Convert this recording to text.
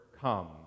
comes